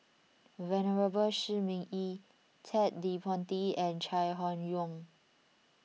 Venerable Shi Ming Yi Ted De Ponti and Chai Hon Yoong